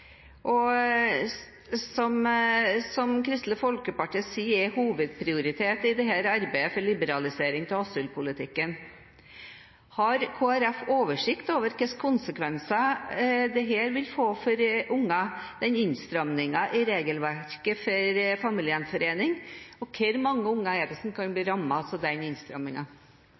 som Kristelig Folkeparti sier er hovedprioritet i dette arbeidet for liberalisering av asylpolitikken. Har Kristelig Folkeparti oversikt over hva slags konsekvenser innstramningen i regelverket for familiegjenforening vil få for unger, og hvor mange unger kan bli